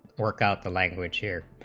work out the language here